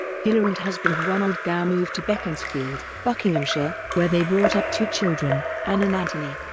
hiller and husband ronald gow moved to beaconsfield, buckinghamshire, where they brought up two children, ann and anthony,